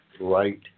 right